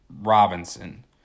Robinson